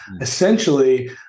essentially